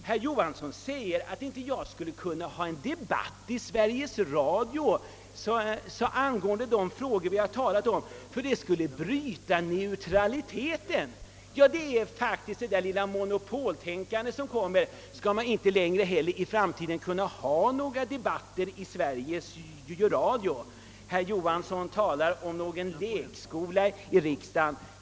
Herr Johansson anser att det inte skulle kunna föras en debatt i Sveriges Radio angående de frågor vi nu talar om, därför att det skulle »bryta neutraliteten». Ja, där kommer detta monopoltänkande fram, Skall man enligt herr Johansson inte i framtiden heller kunna ha några debatter i Sveriges Radio? Herr Johansson talar om någon lekskola här i riksdagen.